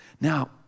Now